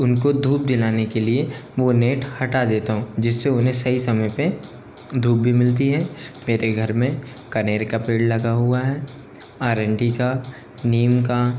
उनको धूप दिलाने के लिए वो नेट हटा देता हूँ जिस से उन्हें सही समय पर धूप भी मिलती है मेरे घर में कनेर का पेड़ लगा हुआ है अरंडी का नीम का